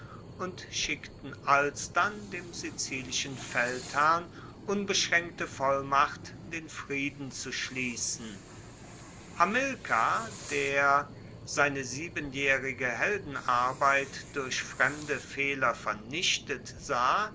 und schickten alsdann dem sizilischen feldherrn unbeschraenkte vollmacht den frieden zu schliessen hamilkar der seine siebenjaehrige heldenarbeit durch fremde fehler vernichtet sah